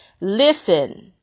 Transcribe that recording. Listen